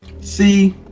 See